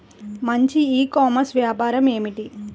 మంచి e commerce వ్యాపారం ఏమిటీ?